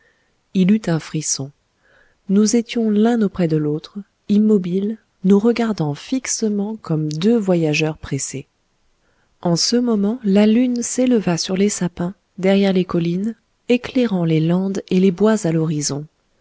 il eut un frisson nous étions l'un auprès de l'autre immobiles nous regardant fixement comme deux voyageurs pressés en ce moment la lune s'éleva sur les sapins derrière les collines éclairant les landes et les bois à l'horizon